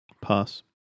Pass